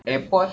airport